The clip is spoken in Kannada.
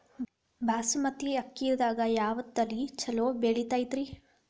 ಬಾಸುಮತಿ ಅಕ್ಕಿದಾಗ ಯಾವ ತಳಿ ಛಲೋ ಬೆಳಿತೈತಿ?